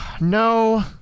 no